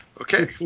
Okay